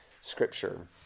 scripture